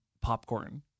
popcorn